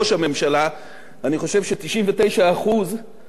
אני חושב ש-99% יצחקו,